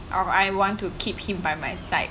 or I want to keep him by my side